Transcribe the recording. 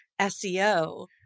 SEO